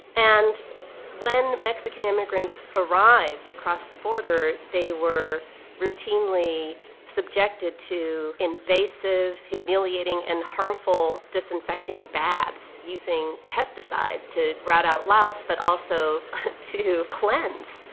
and when mexican immigrants arrived across the border, they were routinely subjected to invasive, humiliating and harmful disinfecting baths using pesticides to rout out louse, but also to cleanse,